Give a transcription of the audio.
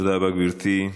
תודה רבה, גברתי.